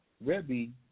Rebbe